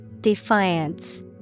Defiance